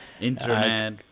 Internet